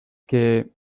que